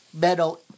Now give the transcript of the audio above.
metal